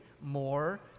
more